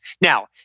Now